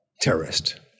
terrorist